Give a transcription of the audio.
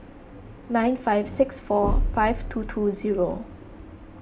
nine five six four five two two zero